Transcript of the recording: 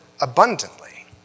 abundantly